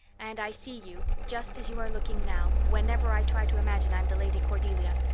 and i see you, just as you are looking now, whenever i try to imagine i'm the lady cordelia.